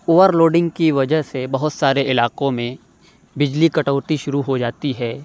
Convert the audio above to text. over loading کی وجہ سے بہت سارے علاقوں میں بجلی کٹوتی شروع ہو جاتی ہے